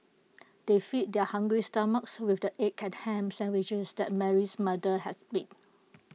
they fed their hungry stomachs with the egg and Ham Sandwiches that Mary's mother has made